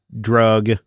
drug